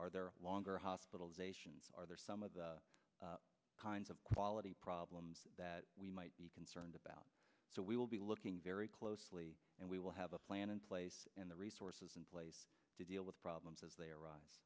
are there longer hospitalizations are there some of the kinds of quality problems that we might be concerned about so we will be looking very closely and we will have a plan in place in the resource in place to deal with problems as they ar